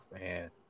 man